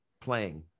playing